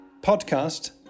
podcast